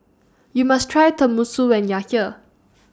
YOU must Try Tenmusu when YOU Are here